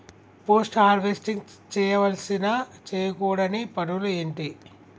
Post harvesting చేయవలసిన చేయకూడని పనులు ఏంటి?